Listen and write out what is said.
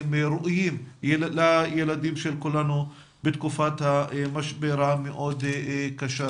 ראויים לילדים של כולנו בתקופת המשבר הקשה הזה.